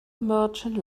merchant